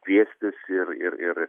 kviestis ir ir ir